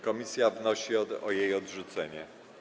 Komisja wnosi o jej odrzucenie.